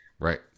Right